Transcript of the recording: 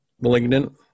Malignant